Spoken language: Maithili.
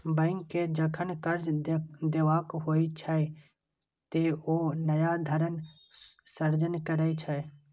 बैंक कें जखन कर्ज देबाक होइ छै, ते ओ नया धनक सृजन करै छै